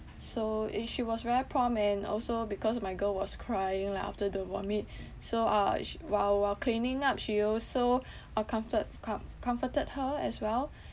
so and she was very prompt and also because my girl was crying lah after the vomit so while while cleaning up she also uh comfort~ com~ comforted her as well